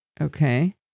Okay